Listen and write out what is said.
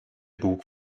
bug